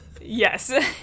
Yes